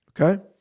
Okay